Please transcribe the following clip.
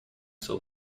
sur